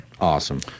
awesome